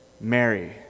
Mary